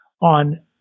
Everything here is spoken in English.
on